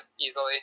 easily